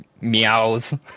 meows